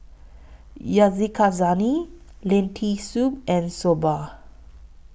Yakizakana Lentil Soup and Soba